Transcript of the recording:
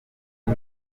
ngo